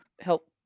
help